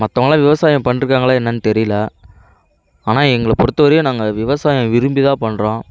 மற்றவங்கள்லாம் விவசாயம் பண்ணிட்டு இருக்காங்களா என்னென்னு தெரியலை ஆனால் எங்களை பொறுத்த வரையும் நாங்கள் விவசாயம் விரும்பி தான் பண்ணுறோம்